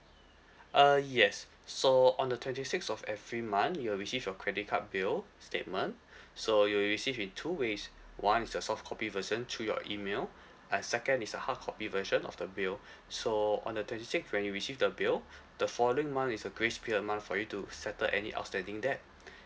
uh yes so on the twenty six of every month you will receive your credit card bill statement so you will receive in two ways one is a soft copy version through your email and second is a hard copy version of the bill so on the twenty six when you receive the bill the following month is a grace period month for you to settle any outstanding debt